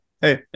hey